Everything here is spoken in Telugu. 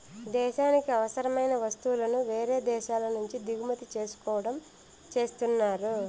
దేశానికి అవసరమైన వస్తువులను వేరే దేశాల నుంచి దిగుమతి చేసుకోవడం చేస్తున్నారు